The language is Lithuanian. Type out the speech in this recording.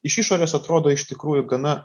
iš išorės atrodo iš tikrųjų gana